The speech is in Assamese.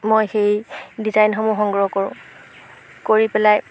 মই সেই ডিজাইনসমূহ সংগ্ৰহ কৰোঁ কৰি পেলাই